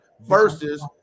versus